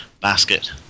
basket